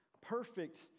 Perfect